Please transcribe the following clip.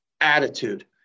Attitude